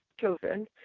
children